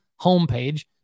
homepage